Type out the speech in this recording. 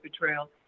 betrayal